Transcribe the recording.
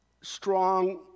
strong